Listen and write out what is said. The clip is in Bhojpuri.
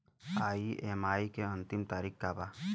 ई.एम.आई के अंतिम तारीख का बा?